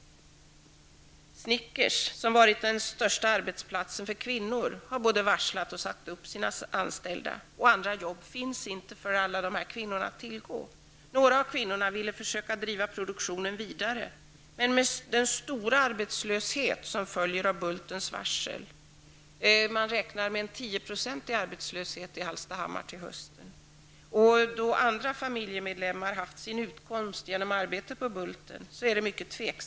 Snickers, som har varit den största arbetsplatsen för kvinnor, har utfärdat varsel och sagt upp sina anställda. Några andra jobb att tillgå finns inte för alla de här kvinnorna. Några av dem ville försöka driva produktionen vidare. Man räknar med att det blir en omfattande arbetslöshet efter Bultens varsel. I Hallstahammar räknar man med 10 % arbetslöshet till hösten. Inom de familjer där familjemedlemmar har haft sin utkomst genom arbete på Bulten känner man sig mycket tveksam.